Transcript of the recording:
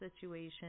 situation